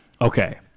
Okay